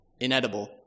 inedible